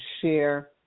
share